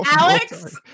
Alex